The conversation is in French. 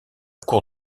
cour